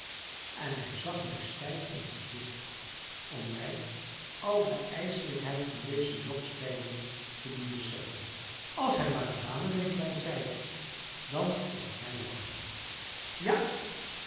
en hij zag mij stijf in t gezicht om mij al de ijslijkheid van deze jobstijding te doen beseffen als hij maar een dame meebrengt zei ik dan is t mij wel ja